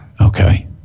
Okay